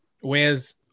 whereas